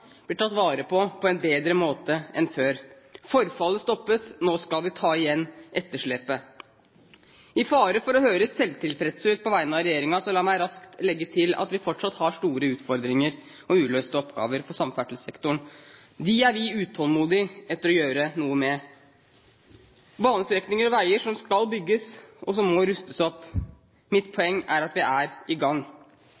blir tatt vare på på en bedre måte enn før. Forfallet stoppes. Nå skal vi ta igjen etterslepet. Med fare for å høres selvtilfreds ut på vegne av regjeringen, la meg raskt legge til at vi fortsatt har store utfordringer og uløste oppgaver i samferdselssektoren. Dem er vi utålmodige etter å gjøre noe med. Det er banestrekninger og veier som skal bygges, og som må rustes opp. Mitt